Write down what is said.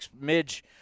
midge